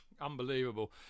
Unbelievable